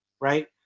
right